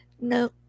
No